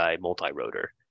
multi-rotor